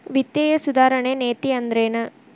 ವಿತ್ತೇಯ ಸುಧಾರಣೆ ನೇತಿ ಅಂದ್ರೆನ್